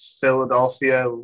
Philadelphia